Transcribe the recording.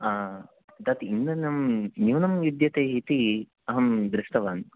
हा तत् इन्धनं न्यूनं विद्यते इति अहं दृष्टवान्